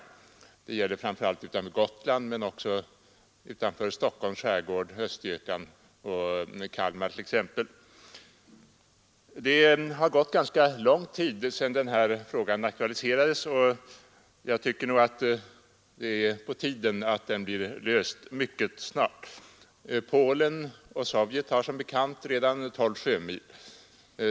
Detta gäller framför allt utanför Gotland men också utanför Stockholms, Sörmlands, Öster Det har gått ganska lång tid sedan denna fråga aktualiserades och jag tycker nog att det är på tiden att den blir löst mycket snart. Polen och Sovjetunionen har som bekant redan en gräns vid 12 sjömil.